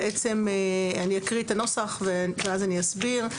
אני אקריא את הנוסח ואז אני אסביר.